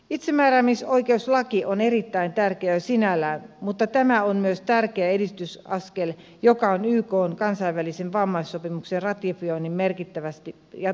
itsemääräämisoikeuslaki on erittäin tärkeä jo sinällään mutta tämä on myös tärkeä edistysaskel joka tuo ykn kansainvälisen vammaissopimuksen ratifioinnin merkittävästi gia